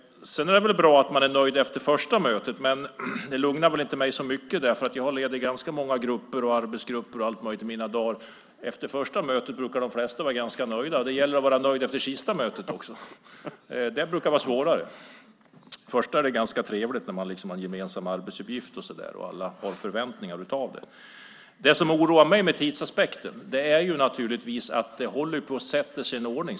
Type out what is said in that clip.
Sedan är det bra att man är nöjd efter första mötet. Men det lugnar inte mig så mycket. Jag har lett ganska många arbetsgrupper under mina dagar. Efter det första mötet brukar de flesta vara ganska nöjda. Det gäller att vara nöjd efter det sista mötet också. Det brukar vara svårare. Vid det första mötet är det ganska trevligt när man har en gemensam arbetsuppgift och alla har förväntningar. Det som oroar mig med tidsaspekten är naturligtvis att det håller på att sätta sig en ordning.